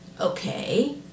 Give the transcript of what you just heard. okay